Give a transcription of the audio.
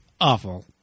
Awful